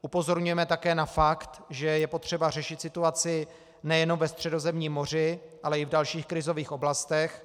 Upozorňujeme také na fakt, že je potřeba řešit situaci nejenom ve Středozemním moři, ale i v dalších krizových oblastech.